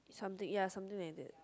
something ya something like that